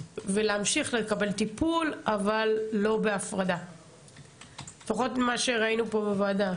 אבל בסוף, אחרי חצי שנה,